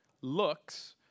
looks